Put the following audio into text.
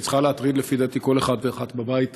ושצריכה להטריד לפי דעתי כל אחד ואחת בבית הזה,